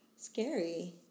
scary